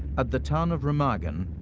at the town of remagen,